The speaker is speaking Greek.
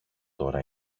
τώρα